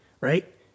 right